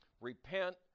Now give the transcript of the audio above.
Repent